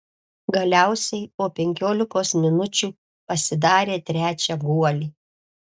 galiausiai po penkiolikos minučių pasidarė trečią guolį